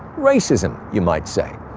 racism, you might say.